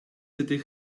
ydych